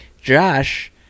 Josh